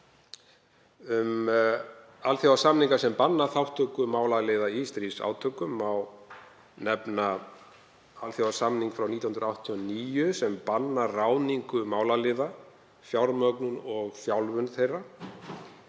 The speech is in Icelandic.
Af alþjóðasamningum sem banna þátttöku málaliða í stríðsátökum má nefna alþjóðasamning frá 1989 sem bannar ráðningu málaliða, fjármögnun og þjálfun þeirra.